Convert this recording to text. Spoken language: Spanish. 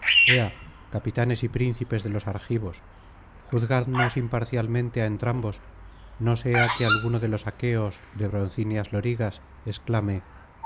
capitanes y príncipes de los argivos juzgadnos imparcialmente á entrambos no sea que alguno de los aqueos de broncíneas lorigas exclame